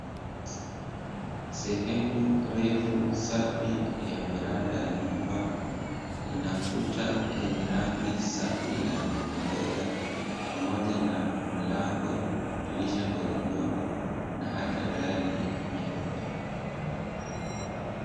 Sehemu refu safi ya veranda ya nyumba inakuta yenye rangi safi na ya kupendeza pamoja na mlango, dirisha dogododgo na hata dari nyeupe.